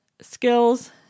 skills